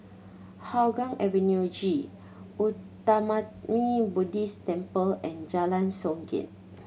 Hougang Avenue G Uttamayanmuni Buddhist Temple and Jalan Songket